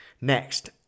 Next